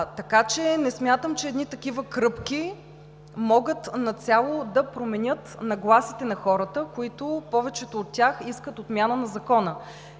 случва. Не смятам, че едни такива кръпки могат нацяло да променят нагласите на хората, повечето от които искат отмяна на Закона.